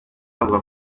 wumva